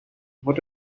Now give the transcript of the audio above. what